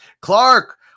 Clark